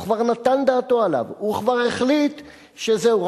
וכבר נתן דעתו עליו וכבר החליט שזהו,